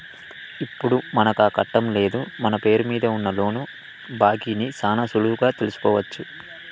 ఇప్పుడు మనకాకట్టం లేదు మన పేరు మీద ఉన్న లోను బాకీ ని సాన సులువుగా తెలుసుకోవచ్చు